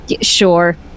Sure